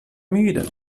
müde